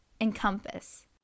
encompass